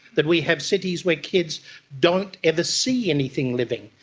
that we have cities where kids don't ever see anything living.